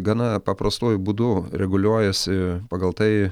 gana paprastuoju būdu reguliuojasi pagal tai